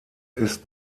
ist